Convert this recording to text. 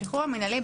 השחרור המינהלי,